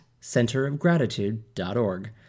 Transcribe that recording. centerofgratitude.org